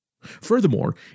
Furthermore